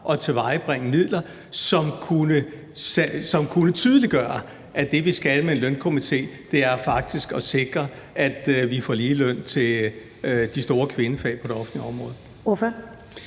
og tilvejebringe midler, som kunne tydeliggøre, at det, vi skal med en lønstrukturkomité, faktisk er at sikre, at vi får ligeløn til de store kvindefag på det offentlige område?